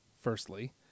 Firstly